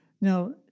Now